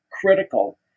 critical